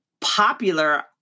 popular